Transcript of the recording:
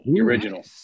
original